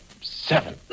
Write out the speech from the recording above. seven